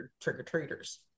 trick-or-treaters